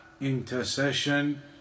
intercession